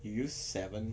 you use seven